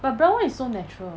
but brown one is so natural